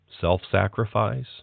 self-sacrifice